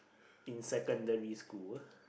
in secondary school